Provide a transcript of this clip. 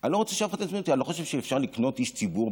אני לא רוצה שאף אחד יזמין אותי.